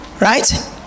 right